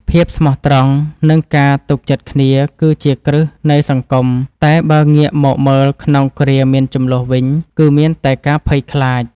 ភាពស្មោះត្រង់និងការទុកចិត្តគ្នាគឺជាគ្រឹះនៃសង្គមតែបើងាកមកមើលក្នុងគ្រាមានជម្លោះវិញគឺមានតែការភ័យខ្លាច។